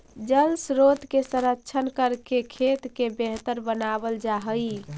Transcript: जलस्रोत के संरक्षण करके खेत के बेहतर बनावल जा हई